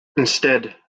instead